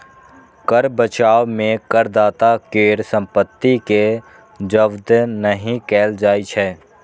कर बचाव मे करदाता केर संपत्ति कें जब्त नहि कैल जाइ छै